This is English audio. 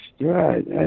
right